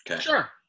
Sure